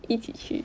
一起去